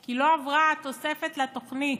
כי לא עברה התוספת לתוכנית,